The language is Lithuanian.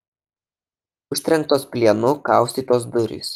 užtrenktos plienu kaustytos durys